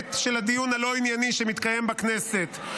המופת של הדיון הלא-ענייני שמתקיים בכנסת.